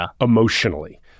emotionally